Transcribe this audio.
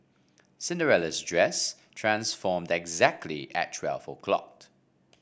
Cinderella's dress transformed exactly at twelve o'clock